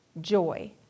joy